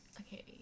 Okay